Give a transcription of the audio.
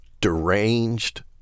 deranged